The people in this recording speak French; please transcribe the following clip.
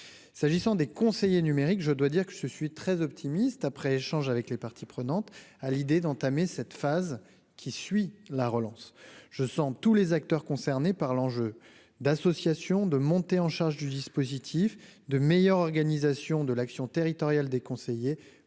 s'agissant des conseillers numériques, je dois dire que je suis très optimiste après échange avec les parties prenantes à l'idée d'entamer cette phase qui suit la relance je sens tous les acteurs concernés par l'enjeu d'association de monter en charge du dispositif de meilleure organisation de l'action territorial des conseillers